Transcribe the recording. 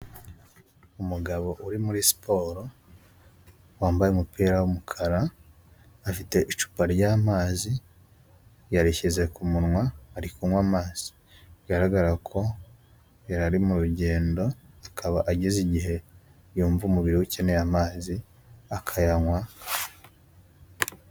Umugabo uri muri siporo wambaye umupira wumukara afite icupa ry'amazi yarishyize ku munwa ari kunywa amazi, bigaragara ko yari ari mu rugendo akaba ageze igihe yumva umubiri we ukeneye amazi akayanywa.